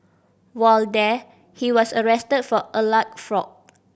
while there he was arrested for alleged fraud